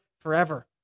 forever